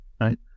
right